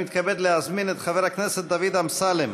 אני מתכבד להזמין את חבר הכנסת דוד אמסלם.